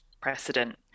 precedent